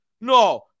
No